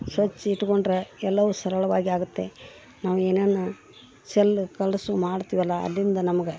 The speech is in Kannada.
ಸ್ವಚ್ಚ ಇಟ್ಕೊಂಡ್ರೆ ಎಲ್ಲವೂ ಸರಳವಾಗಿ ಆಗುತ್ತೆ ನಾವು ಏನನ್ನು ಚಲ್ಲು ಕಲಸು ಮಾಡ್ತೀವಲ್ಲ ಅಲ್ಲಿಂದ ನಮ್ಗೆ